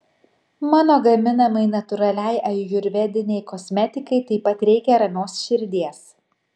mano gaminamai natūraliai ajurvedinei kosmetikai taip pat reikia ramios širdies